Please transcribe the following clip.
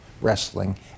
wrestling